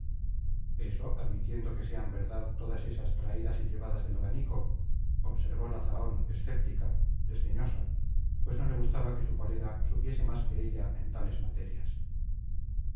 eso admitiendo que sean verdad todas esas traídas y llevadas del abanico observó la zahón escéptica desdeñosa pues no le gustaba que su colega supiese más que ella en tales materias